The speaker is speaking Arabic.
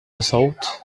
صوت